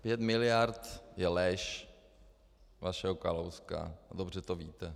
Pět miliard je lež vašeho Kalouska a dobře to víte.